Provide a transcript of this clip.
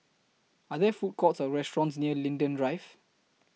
Are There Food Courts Or restaurants near Linden Drive